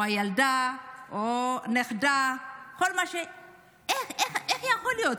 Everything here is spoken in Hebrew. הילדה או הנכדה, איך יכול להיות?